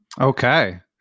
Okay